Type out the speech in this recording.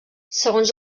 segons